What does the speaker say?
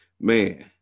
man